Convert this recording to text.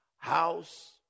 House